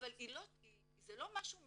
לא משהו מייצג.